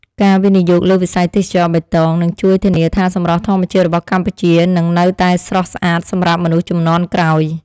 ការវិនិយោគលើវិស័យទេសចរណ៍បៃតង នឹងជួយធានាថាសម្រស់ធម្មជាតិរបស់កម្ពុជានឹងនៅតែស្រស់ស្អាតសម្រាប់មនុស្សជំនាន់ក្រោយ។